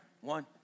One